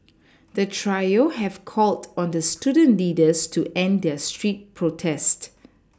the trio have called on the student leaders to end their street protest